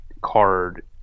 card